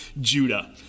judah